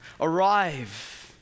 arrive